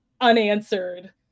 unanswered